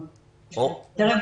תראה,